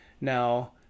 Now